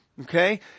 okay